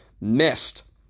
missed